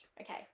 Okay